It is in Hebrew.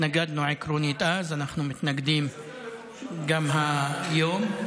התנגדנו עקרונית אז, ואנחנו מתנגדים גם היום.